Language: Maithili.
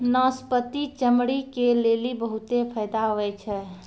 नाशपती चमड़ी के लेली बहुते फैदा हुवै छै